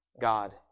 God